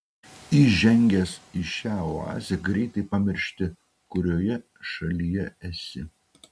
įžengęs į šią oazę greitai pamiršti kurioje šalyje esi